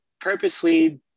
purposely